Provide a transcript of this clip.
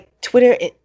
Twitter